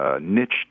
niche